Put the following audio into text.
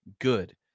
good